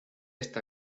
esta